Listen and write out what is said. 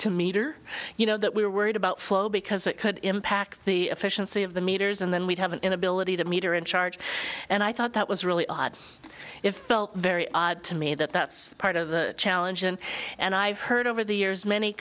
to meter you know that we are worried about flow because that could impact the efficiency of the meters and then we'd have an inability to meter in charge and i thought that was really odd if felt very odd to me that that's part of the challenge and and i've heard over the years many